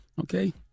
okay